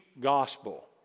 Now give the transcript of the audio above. gospel